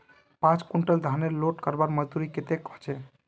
पाँच कुंटल धानेर लोड करवार मजदूरी कतेक होचए?